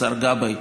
השר לשעבר גבאי,